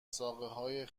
ساقههای